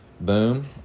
Boom